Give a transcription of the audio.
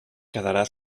quedarà